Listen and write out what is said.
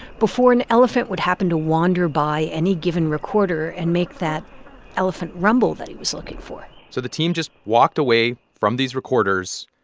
before an elephant would happen to wander by any given recorder and make that elephant rumble that he was looking for so the team just walked away from these recorders,